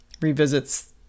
revisits